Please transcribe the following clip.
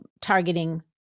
targeting